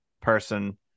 person